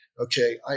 Okay